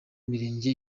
mirenge